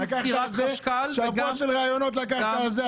גם סקירת חשכ"ל --- שבוע של ראיונות לקחת על זה.